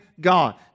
God